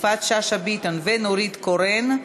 יפעת שאשא ביטון ונורית קורן.